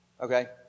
Okay